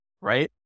right